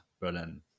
Berlin